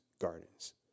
gardens